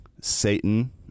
Satan